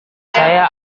saya